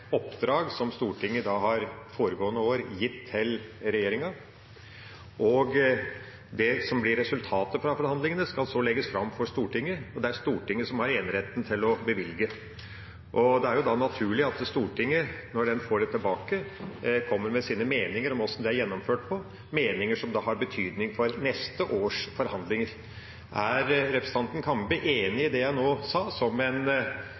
oppdrag Stortinget foregående år har gitt til regjeringa, og det som blir resultatet av forhandlingene, skal så legges fram for Stortinget, og det er Stortinget som har eneretten til å bevilge. Det er jo da naturlig at Stortinget, når en får det tilbake, kommer med sine meninger om hvordan det er gjennomført, meninger som da har betydning for neste års forhandlinger. Er representanten Kambe enig i det jeg nå sa, som en